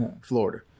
Florida